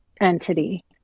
entity